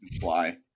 fly